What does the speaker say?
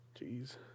Jeez